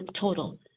total